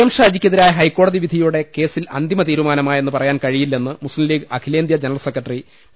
M ഷാജിക്കെതിരായ ഹൈക്കോടതി വിധിയോടെ കേസിൽ അന്തിമതീരുമാനമായെന്ന് പറയാൻ കഴിയില്ലെന്ന് മുസ്തിം ലീഗ് അഖിലേന്ത്യ ജനറൽ സെക്രട്ടറി പി